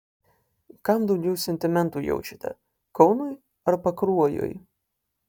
kam daugiau sentimentų jaučiate kaunui ar pakruojui